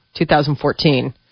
2014